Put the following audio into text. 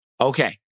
Okay